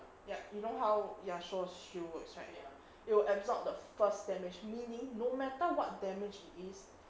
ya you know how yasuo shield works right it will absorb the first damage meaning no matter what damage it is